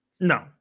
no